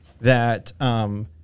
that-